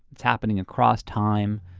that's happening across time.